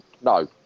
No